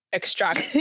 extract